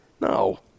No